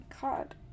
God